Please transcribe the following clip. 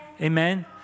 Amen